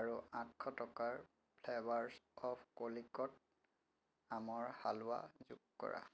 আৰু আঠশ টকাৰ ফ্লেভাৰছ অৱ কলিকট আমৰ হালোৱা যোগ কৰা